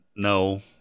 No